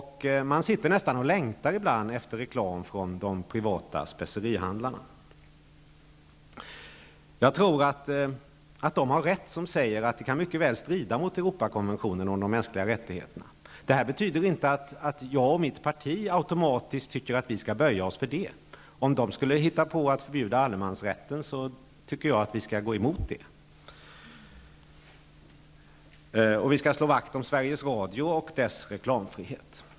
Man sitter nästan ibland och längtar efter reklam från de privata specerihandlarna. Jag tror att de som säger att ett förbud mot reklam mycket väl kan strida mot Europarådskonventionen om de mänskliga rättigheterna har rätt. Detta betyder inte att jag och vänsterpartiet automatiskt anser att vi skall böja oss för detta. Om man skulle hitta på att förbjuda allemansrätten tycker jag att vi skall gå emot det. Vi skall slå vakt om Sveriges Radio och dess reklamfrihet.